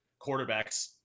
quarterbacks